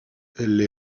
elle